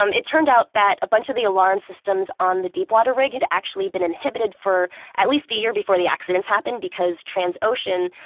um it turned out that a bunch of the alarm systems on the deepwater rig had actually been inhabited for at least a year before the accidents happened, because transocean,